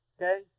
Okay